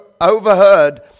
overheard